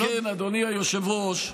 כן, אדוני היושב-ראש,